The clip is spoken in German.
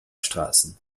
straßen